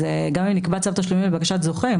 אז גם אם נקבע צו תשלומים לבקשת זוכה,